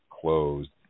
closed